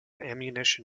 ammunition